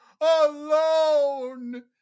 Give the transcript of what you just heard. alone